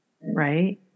right